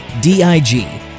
D-I-G